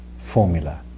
formula